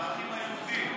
לא חרדים, את הערכים היהודיים.